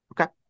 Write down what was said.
Okay